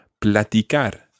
Platicar